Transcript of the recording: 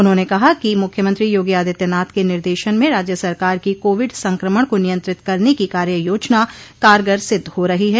उन्होंने कहा कि मुख्यमंत्री योगी आदित्यनाथ के निर्देशन में राज्य सरकार की कोविड संक्रमण को नियंत्रित करने की कार्य योजना कारगर सिद्ध हो रही है